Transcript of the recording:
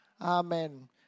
Amen